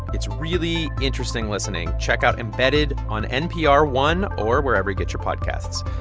it's really interesting listening. check out embedded on npr one or wherever you get your podcasts.